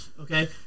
okay